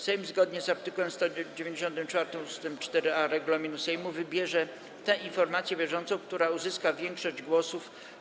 Sejm, zgodnie z art. 194 ust. 4a regulaminu Sejmu, wybierze tę informację bieżącą, która uzyska większość głosów.